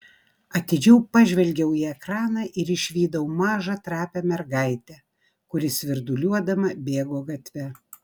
atidžiau pažvelgiau į ekraną ir išvydau mažą trapią mergaitę kuri svirduliuodama bėgo gatve